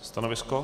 Stanovisko?